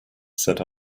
said